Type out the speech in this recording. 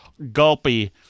gulpy